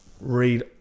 read